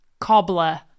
cobbler